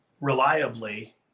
reliably